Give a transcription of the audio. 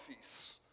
feasts